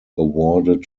awarded